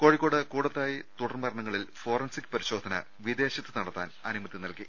കോഴിക്കോട് കൂടത്തായി തുടർമരണങ്ങളിൽ ഫോറൻസിക് പരി ശോധന വിദേശത്ത് നടത്താൻ അനുമതി നൽകി